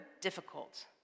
difficult